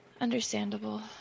Understandable